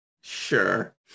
Sure